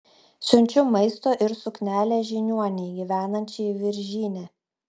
siunčiu maisto ir suknelę žiniuonei gyvenančiai viržyne